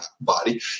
body